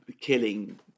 killing